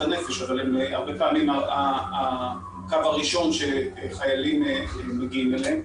הנפש אבל הם הרבה פעמים הקו הראשון שחיילים מגיעים אליו.